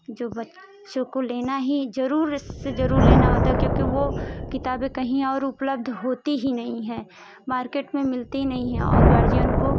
जो बच्च ओं को लेना ही जरूर से जरूर लेना होता है क्योंकि वो किताबें कहीं और उपलब्ध होती ही नहीं है मार्केट में मिलती नहीं है और गार्जियन को